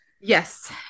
Yes